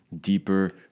deeper